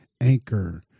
Anchor